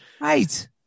right